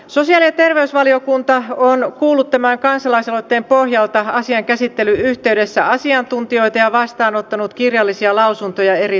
sosiaali ja terveysvaliokunta on kuullut tämän kansalaisaloitteen pohjalta asian käsittelyn yhteydessä asiantuntijoita ja vastaanottanut kirjallisia lausuntoja eri tahoilta